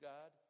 God